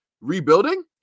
Rebuilding